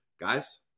Guys